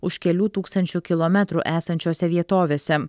už kelių tūkstančių kilometrų esančiose vietovėse